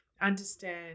understand